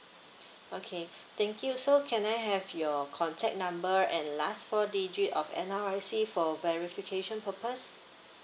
okay thank you so can I have your contact number and last four digit of N_R_I_C for verification purpose